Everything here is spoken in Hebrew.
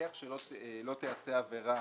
שלא תיעשה עבירה